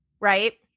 right